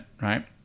right